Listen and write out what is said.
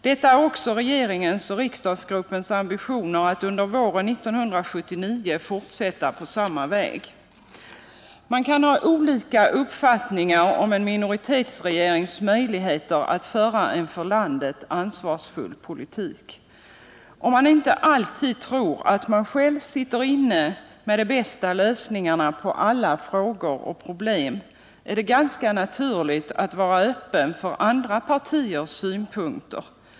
Det är också regeringens och riksdagsgruppens ambitioner att under våren 1979 fortsätta på samma väg. Man kan ha olika uppfattningar om en minoritetsregerings möjligheter att föra en för landet ansvarsfull politik. Om man inte alltid tror att man själv sitter inne med de bästa lösningarna på alla frågor och problem är det ganska naturligt att vara öppen för andra partiers synpunkter.